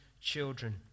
children